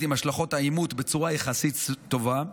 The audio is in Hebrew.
עם השלכות העימות בצורה יחסית טובה,